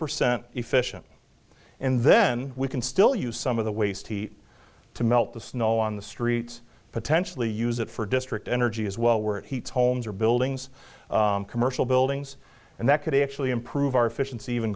percent efficient and then we can still use some of the waste heat to melt the snow on the streets potentially use it for district energy as well where it heats homes or buildings commercial buildings and that could actually improve our efficiency even